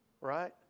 right